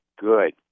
good